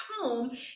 home